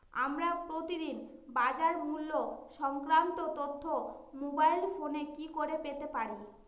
আমরা প্রতিদিন বাজার মূল্য সংক্রান্ত তথ্য মোবাইল ফোনে কি করে পেতে পারি?